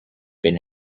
been